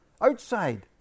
outside